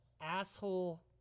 asshole